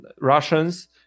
Russians